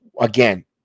again